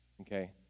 okay